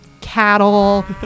cattle